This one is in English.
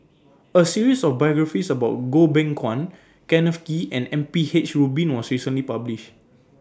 A series of biographies about Goh Beng Kwan Kenneth Kee and M P H Rubin was recently published